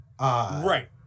Right